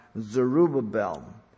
Zerubbabel